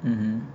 mmhmm